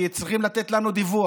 כי צריכים לתת לנו דיווח.